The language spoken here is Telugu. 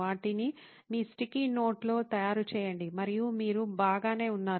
వాటిని మీ స్టికీ నోట్లో తయారు చేయండి మరియు మీరు బాగానే ఉన్నారు